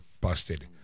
busted